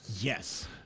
Yes